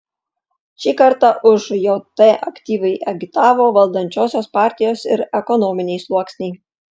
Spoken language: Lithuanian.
šį kartą už jt aktyviai agitavo valdančiosios partijos ir ekonominiai sluoksniai